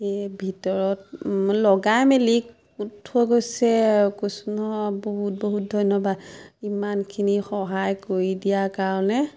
এই ভিতৰত লগাই মেলি উঠাই থৈ গৈছে কৈছো নহয় বহুত বহুত ধন্যবাদ ইমানখিনি সহায় কৰি দিয়াৰ কাৰণে